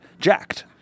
Jacked